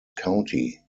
county